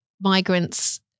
migrants